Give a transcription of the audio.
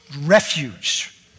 refuge